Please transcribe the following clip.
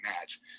match